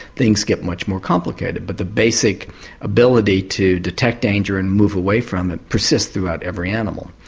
things get much more complicated. but the basic ability to detect danger and move away from it persists throughout every animal.